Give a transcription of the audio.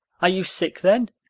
are you sick then?